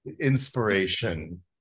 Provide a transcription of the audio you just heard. inspiration